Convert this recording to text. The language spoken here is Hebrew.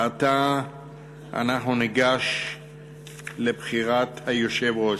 עתה אנחנו ניגש לבחירת היושב-ראש.